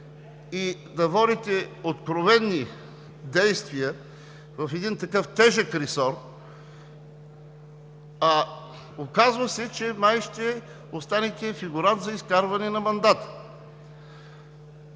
и да водите откровени действия в един такъв тежък ресор, а оказва се, че май ще останете фигурант за изкарване на мандата.